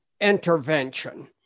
intervention